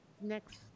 next